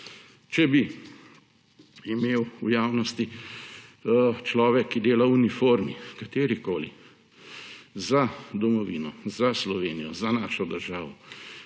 Če bi imel v javnosti človek, ki dela v katerikoli uniformi za domovino, za Slovenijo, za našo državo,